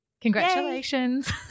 Congratulations